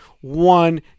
one